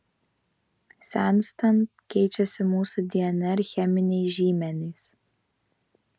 senstant keičiasi mūsų dnr cheminiai žymenys